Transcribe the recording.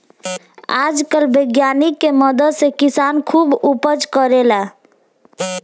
आजकल वैज्ञानिक के मदद से किसान खुब उपज करेले